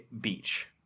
beach